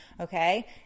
Okay